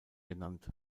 genannt